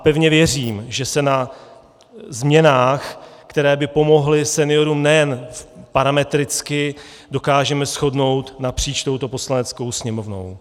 Pevně věřím, že se na změnách, které by pomohly seniorům nejen parametricky, dokážeme shodnout napříč touto Poslaneckou sněmovnou.